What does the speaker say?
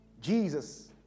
Jesus